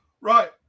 Right